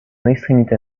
extrémité